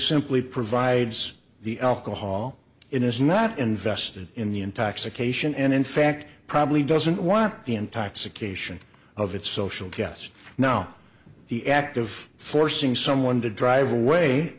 simply provides the alcohol it is not invested in the intoxication and in fact probably doesn't want the intoxication of its social yes now the act of forcing someone to drive away